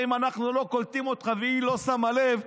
הרי אם אנחנו לא קולטים אותך והיא לא שמה לב,